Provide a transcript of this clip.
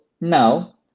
now